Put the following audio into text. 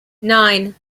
nine